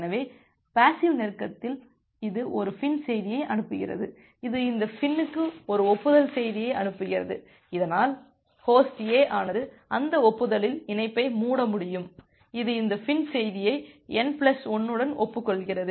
எனவே பேசிவ் நெருக்கத்தில் இது ஒரு FIN செய்தியை அனுப்புகிறது இது இந்த FIN க்கு ஒரு ஒப்புதல் செய்தியை அனுப்புகிறது இதனால் ஹோஸ்ட் A ஆனது அந்த ஒப்புதலில் இணைப்பை மூட முடியும் இது இந்த FIN செய்தியை n பிளஸ் 1 உடன் ஒப்புக்கொள்கிறது